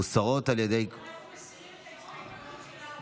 מוסרות על ידי, אנחנו מסירים את ההסתייגויות שלנו.